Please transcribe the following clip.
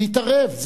להתערב.